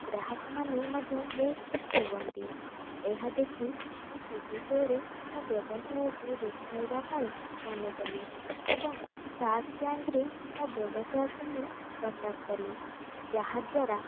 ଗ୍ରାହକମାନେ ମଧ୍ୟ ବହୁତ ଖୁସି ହୁଅନ୍ତି ଏହା ଦେଖି ମୁଁ ଟିଭି ଶୋରେ ମୋ ବ୍ୟବସାୟକୁ ଦେଖାଇବା ପାଇଁ ମନେ କଲି ଏବଂ ଶାର୍କ ଟ୍ୟାଙ୍କରେ ମୋ ବ୍ୟବସାୟକୁ ମୁଁ ପ୍ରକାଶ କଲି ଯାହା ଦ୍ଵାରା